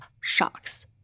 shocks